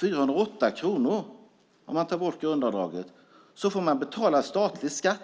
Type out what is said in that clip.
408 kronor, med grundavdraget borttaget, får man numera betala statlig skatt.